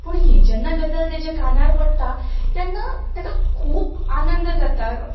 ही जेन्ना गजाल ताच्या कानार पडटा तेन्ना ताका खूब आनंद जाता जो